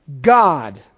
God